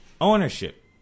Ownership